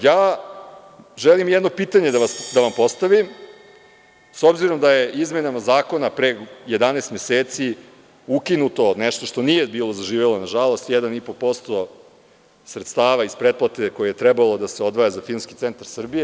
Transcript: Ja želim jedno pitanje da vam postavim, s obzirom da je izmenama zakona pre 11 meseci ukinuto nešto što nije bilo zaživelo, nažalost, 1,5% sredstava iz pretplate koje je trebalo da se odvaja za Filmski centar Srbije.